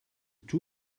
two